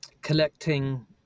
collecting